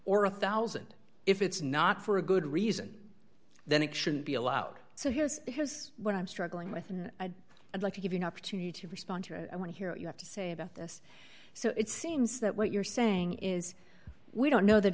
one thousand if it's not for a good reason then it shouldn't be allowed so here's has what i'm struggling with and i'd like to give you an opportunity to respond i want to hear what you have to say about this so it seems that what you're saying is we don't know that